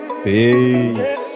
Peace